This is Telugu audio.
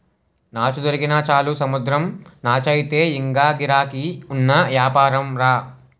నాచు దొరికినా చాలు సముద్రం నాచయితే ఇంగా గిరాకీ ఉన్న యాపారంరా